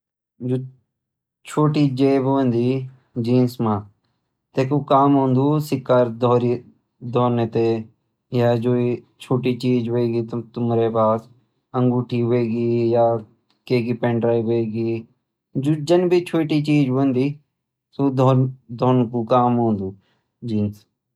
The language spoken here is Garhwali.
जु छोटी जेब होंद जीन्स म तै कु काम होंद सिक्का धरन तै या जु भी छोटी चीज होएगी तुम्हारे पास अंगूठी होएगी या कै की पेनड्राइब होएगी जन भी छोटी चीज होंदी त धरन का काम ओंद।